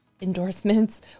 endorsements